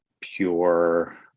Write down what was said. pure